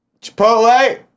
Chipotle